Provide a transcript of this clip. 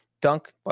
dunk